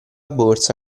borsa